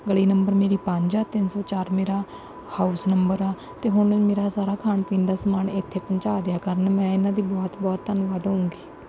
ਗਲੀ ਨੰਬਰ ਮੇਰੀ ਪੰਜ ਆ ਤਿੰਨ ਸੌ ਚਾਰ ਮੇਰਾ ਹਾਊਸ ਨੰਬਰ ਆ ਅਤੇ ਹੁਣ ਮੈਨੂੰ ਮੇਰਾ ਸਾਰਾ ਖਾਣ ਪੀਣ ਦਾ ਸਮਾਨ ਇੱਥੇ ਪਹੁੰਚਾ ਦਿਆ ਕਰਨ ਮੈਂ ਇਹਨਾਂ ਦੀ ਬਹੁਤ ਬਹੁਤ ਧੰਨਵਾਦ ਹੋਊਂਗੀ